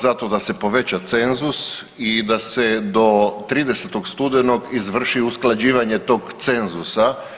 Zato da se poveća cenzus i da se do 30. studenoga izvrši usklađivanje tog cenzusa.